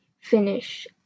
finish